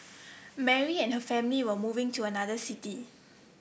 Mary and her family were moving to another city